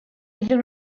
iddyn